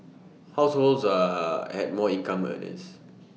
households are had more income earners